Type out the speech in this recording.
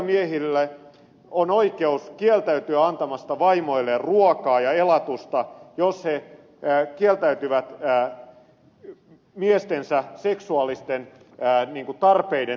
shiamiehillä on oikeus kieltäytyä antamasta vaimoilleen ruokaa ja elatusta jos nämä kieltäytyvät miestensä seksuaalisten tarpeiden tyydyttämisestä